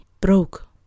Broke